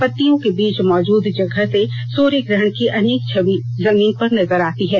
पत्तियों के बीच मौजूद जगह से सूर्य ग्रहण की अनेक छवि जमीन पर नजर आती हैं